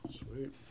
sweet